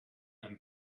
and